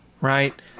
right